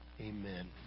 Amen